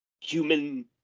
human